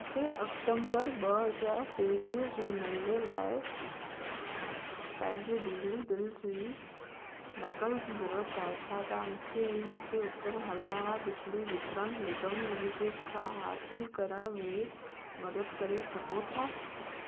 मूंखे अक्टंबर ॿ हज़ार टेवीह जे महीने लाइ पंहिंजे बिजली बिल जी नक़ल जी ज़रूरत आहे छा तव्हां मूंखे इन खे उत्तर हरियाणा बिजली वितरण निगम लिमिटेड खां हासिलु करण में मदद करे सघो था